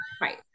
right